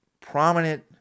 prominent